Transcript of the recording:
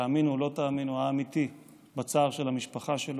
תאמינו או לא תאמינו, בצער של המשפחה שלו,